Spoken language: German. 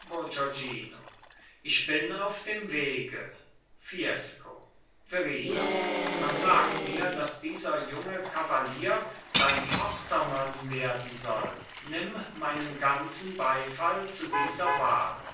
ich bin auf dem wege fiesco verrina man sagt mir daß dieser junge kavalier dein tochtermann werden soll nimm meinen ganzen beifall zu dieser wahl